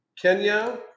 Kenya